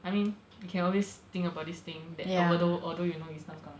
I mean you can always think about this thing that although although you know it's not gonna happen lah